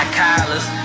collars